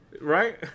Right